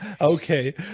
okay